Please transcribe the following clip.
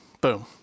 Boom